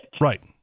Right